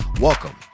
Welcome